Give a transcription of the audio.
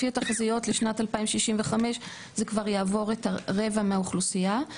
לפי התחזיות לשנת 2065 זה כבר יעבור את רבע מהאוכלוסייה.